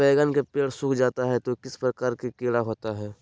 बैगन के पेड़ सूख जाता है तो किस प्रकार के कीड़ा होता है?